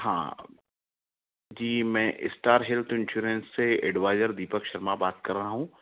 हाँ जी मैं अस्टार हेल्थ इंश्योरेंस से एडवाइजर दीपक शर्मा बात कर रहा हूँ